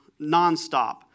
nonstop